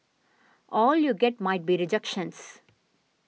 all you get might be rejections